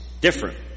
different